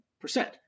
percent